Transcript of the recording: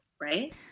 right